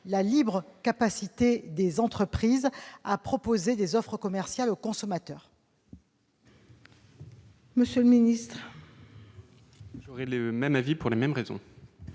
la libre capacité des entreprises à proposer des offres commerciales aux consommateurs.